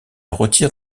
retire